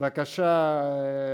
בבקשה,